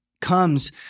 comes